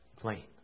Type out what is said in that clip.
plain